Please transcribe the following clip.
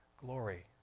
glory